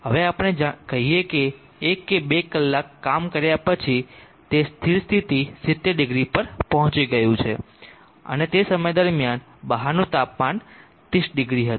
હવે આપણે કહીએ કે એક કે બે કલાક કામ કર્યા પછી તે સ્થિર સ્થિતિ 70◦ પર પહોંચી ગયું છે અને તે સમય દરમિયાન બહારનું તાપમાન 30◦ હતું